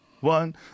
One